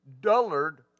dullard